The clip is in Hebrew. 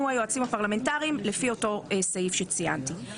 היועצים הפרלמנטריים לפי אותו סעיף שציינתי.